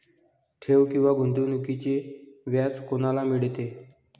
ठेव किंवा गुंतवणूकीचे व्याज कोणाला मिळते?